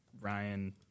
Ryan